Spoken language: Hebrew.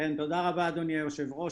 תודה רבה, אדוני היושב-ראש.